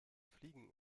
fliegen